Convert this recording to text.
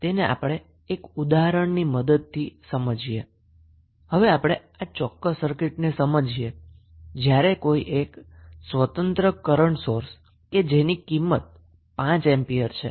હવે આપણે આ ચોક્કસ સર્કિટને જોઇએ જ્યા તમે જોશો કે આપનણી પાસે કોઈ એક ઇંડિપેન્ડન્ટ કરન્ટ સોર્સ છે કે જેની વેલ્યુ 5 એમ્પિયર છે